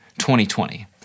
2020